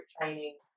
training